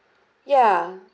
yeah